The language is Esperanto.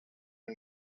dio